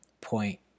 point